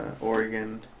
Oregon